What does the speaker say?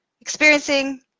experiencing